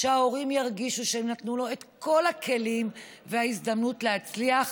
שההורים ירגישו שהם נתנו לו את כל הכלים וההזדמנות להצליח,